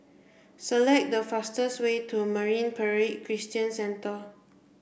select the fastest way to Marine Parade Christian Centre